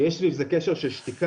-- ויש סביב זה קשר של שתיקה.